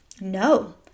no